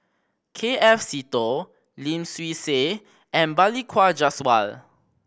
K F Seetoh Lim Swee Say and Balli Kaur Jaswal